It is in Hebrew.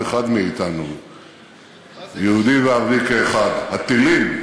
לייצר נשק גרעיני,